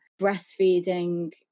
breastfeeding